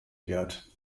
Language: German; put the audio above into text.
wird